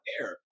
air